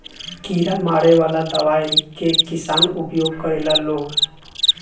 कीड़ा मारे वाला दवाई के किसान उपयोग करेला लोग